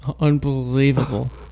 Unbelievable